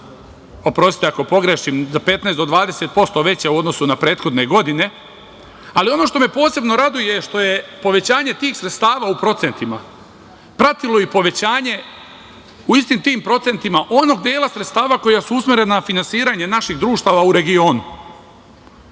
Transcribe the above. oprostite ako pogrešim, za 15% do 20% veća u odnosnu na prethodne godine, ali ono što me posebno raduje, što je povećanje tih sredstava u procentima pratilo i povećanje u istim tim procentima onog dela sredstava koja su usmerena na finansiranje naših društava u regionu,